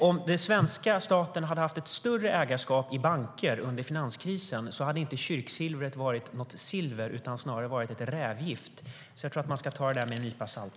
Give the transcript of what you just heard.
Om den svenska staten hade haft ett större ägarskap i banker under finanskrisen skulle kyrksilvret inte ha varit något silver. Det hade snarare varit ett rävgift. Jag tror därför att man ska ta det med en nypa salt.